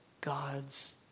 God's